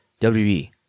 WB